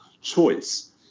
choice